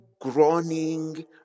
groaning